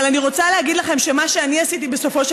אבל אני רוצה להגיד לכם שמה שאני עשיתי בסופו של